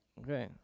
Okay